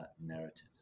narratives